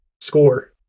score